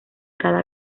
cada